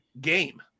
game